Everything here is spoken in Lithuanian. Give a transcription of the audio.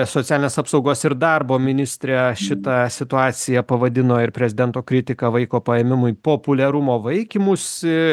socialinės apsaugos ir darbo ministrė šitą situaciją pavadino ir prezidento kritiką vaiko paėmimui populiarumo vaikymusi